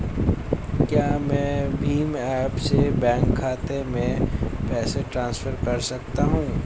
क्या मैं भीम ऐप से बैंक खाते में पैसे ट्रांसफर कर सकता हूँ?